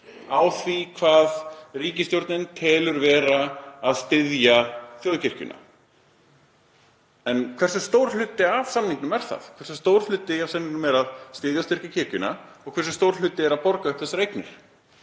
í því hvað ríkisstjórnin telur vera að styðja þjóðkirkjuna. En hversu stór hluti af samningnum er það? Hversu stór hluti af samningnum fer í að styðja og styrkja kirkjuna og hversu stór hluti fer í að borga upp þessar eignir?